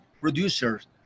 producers